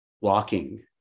walking